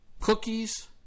cookies